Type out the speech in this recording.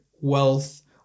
wealth